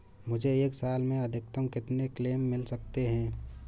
मुझे एक साल में अधिकतम कितने क्लेम मिल सकते हैं?